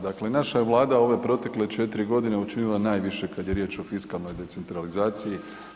Dakle, naša je Vlada ove protekle 4 godine učinila najviše kada je riječ o fiskalnoj decentralizaciji.